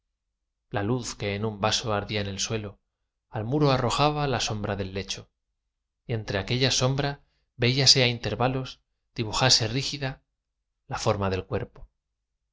la luz que en un vaso ardía en el suelo al muro arrojaba la sombra del lecho y entre aquella sombra veíase á intervalos dibujarse rígida la forma del cuerpo